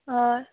हय